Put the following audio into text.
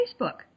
Facebook